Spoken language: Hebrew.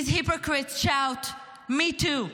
These hypocrites shout: Me Too,